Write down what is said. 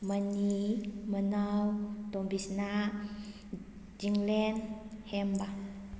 money ꯃꯅꯥꯎ ꯇꯣꯝꯕꯤꯁꯅꯥ ꯆꯤꯡꯂꯦꯟ ꯍꯦꯝꯕ